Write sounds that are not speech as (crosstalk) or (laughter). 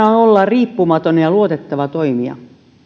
(unintelligible) olla riippumaton ja luotettava toimija